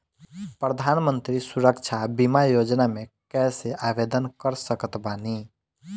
प्रधानमंत्री सुरक्षा बीमा योजना मे कैसे आवेदन कर सकत बानी?